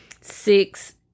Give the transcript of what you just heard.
six